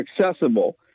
accessible